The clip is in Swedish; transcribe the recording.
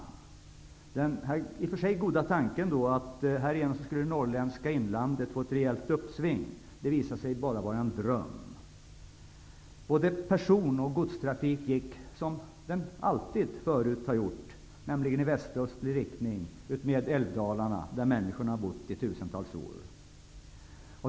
Den i och för sig goda tanken, att det norrländska inlandet härigenom skulle få ett rejält uppsving, visade sig bara vara en dröm. Både person och godstrafiken gick, som den alltid dessförinnan gjort -- nämligen i västöstlig riktning utmed älvdalarna, där människorna har bott i tusentals år.